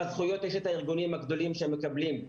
בזכויות יש את הארגונים הגדולים שמקבלים,